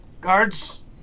guards